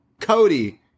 Cody